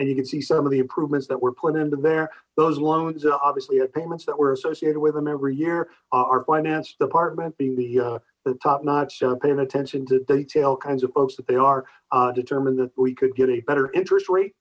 and you can see some of the improvements that we're put into there those loans are obviously payments that were associated with them every year our finance department being the top not paying attention to detail kinds of folks that they are determined that we could get a better interest rate